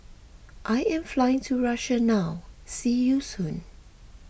I am flying to Russia now see you soon